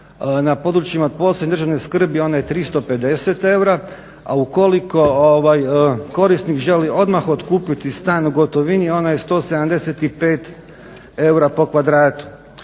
na područjima posebne državne skrbi one 350 eura a ukoliko ovaj korisnik želi odmah otkupiti stan u gotovini ona je 175 eura po kvadratu.